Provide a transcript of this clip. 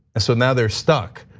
and so now they're stuck,